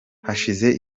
hashize